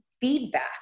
feedback